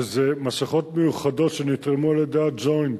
שזה מסכות מיוחדות שנתרמו על-ידי ה"ג'וינט"